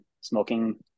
smoking